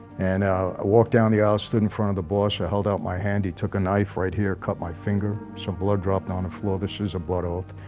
and i walk down the aisle stood in front of the boss. i held out my hand he took a knife right here cut my finger some blood dropped on the floor. this is a blood oath.